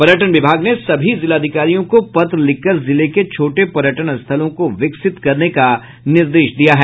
पर्यटन विभाग ने सभी जिलाधिकारियों को पत्र लिखकर जिले के छोटे पर्यटन स्थलों को विकसित करने का निर्देश दिया है